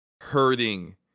hurting